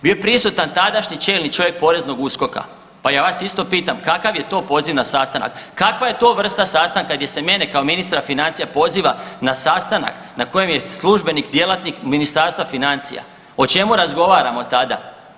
Bio je prisuta tadašnji čelni čovjek poreznog USKOK-a, pa ja vas isto pitam, kakav je to poziv na sastanak, kakva je to vrsta sastanka gdje se mene kao ministra financija poziva na sastanak na kojem je službenik djelatnik Ministarstva financija, o čemu razgovaramo tada.